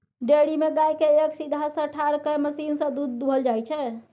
dairy मे गाय केँ एक सीधहा सँ ठाढ़ कए मशीन सँ दुध दुहल जाइ छै